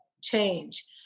change